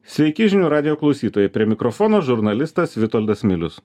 sveiki žinių radijo klausytojai prie mikrofono žurnalistas vitoldas milius